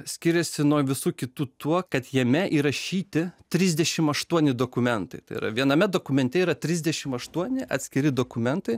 skiriasi nuo visų kitų tuo kad jame įrašyti trisdešim aštuoni dokumentai tai yra viename dokumente yra trisdešim aštuoni atskiri dokumentai